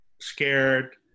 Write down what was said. scared